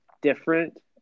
different